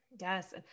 Yes